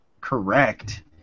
Correct